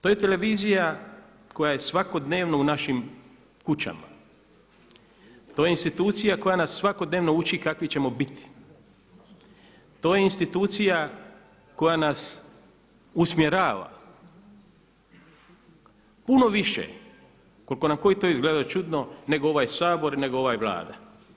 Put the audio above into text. To je televizija koja je svakodnevno u našim kućama, to je institucija koja nas svakodnevno uči kakvi ćemo biti, to je institucija koja nas usmjerava puno više koliko nam to izgledalo čudno nego ovaj Sabor, nego ova Vlada.